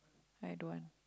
I don't want